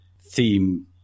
theme